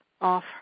off